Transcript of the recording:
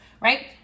right